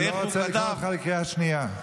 רגע, שנייה.